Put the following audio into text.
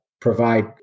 provide